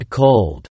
cold